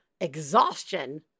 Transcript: exhaustion